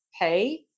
pay